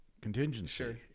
contingency